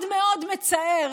מאוד מאוד מצער,